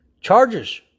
Charges